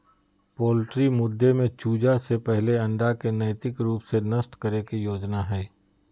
poultry मुद्दे में चूजा से पहले अंडा के नैतिक रूप से नष्ट करे के योजना हइ